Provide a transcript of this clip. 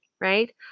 right